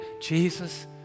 Jesus